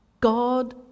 God